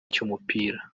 cy’umupira